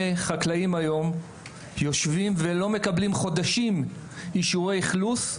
חקלאים יושבים ולא מקבלים חודשים אישורי אכלוס,